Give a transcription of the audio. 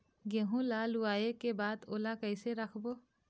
गेहूं ला लुवाऐ के बाद ओला कइसे राखबो?